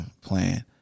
playing